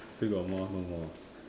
still got more no more ah